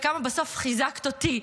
וכמה בסוף חיזקת אותי,